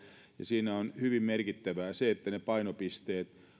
siinä on hyvin merkittävää se että ne painopisteet